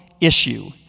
issue